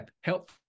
help